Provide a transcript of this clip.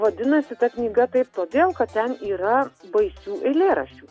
vadinasi ta knyga taip todėl kad ten yra baisių eilėraščių